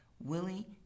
Willie